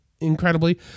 incredibly